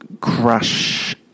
crush